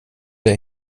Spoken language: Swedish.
det